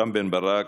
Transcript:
רם בן-ברק,